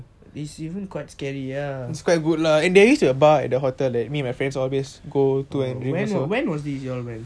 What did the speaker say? it's quite scary ya when was this when you all went